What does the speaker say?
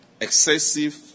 excessive